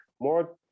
More